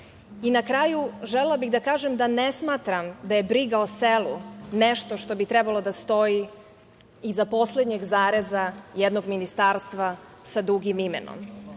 kraju bih želela da kažem da ne smatram da je briga o selu nešto što bi trebalo da stoji iza poslednjeg zareza jednog ministarstva sa dugim imenom.